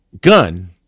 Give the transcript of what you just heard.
gun